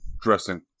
dressing